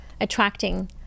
attracting